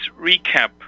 recap